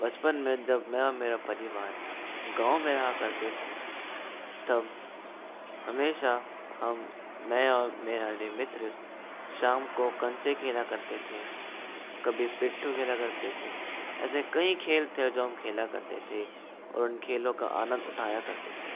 बचपन में जब मैं और मेरा परिवार गाँव में रहा करते थे तब हमेशा हम मैं और मेरा हरी मित्र शाम को कंचे खेला करते थे कभी पिट्टू खेला करते थे ऐसे कई खेल थे जो हम खेला करते थे और उन खेलों का आनंद उठाया करते थे